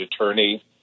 attorney